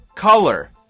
Color